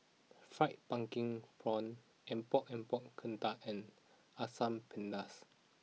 Fried Pumpkin Prawn Epok Epok Kentang and Asam Pedas